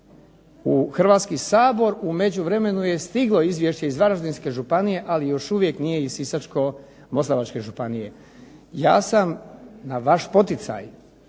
u Hrvatski sabor u međuvremenu je stiglo izvješće iz Varaždinske županije, ali još uvijek nije iz Sisačko-moslavačke županije. Ja sam, na vaš poticaj,